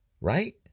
right